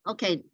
Okay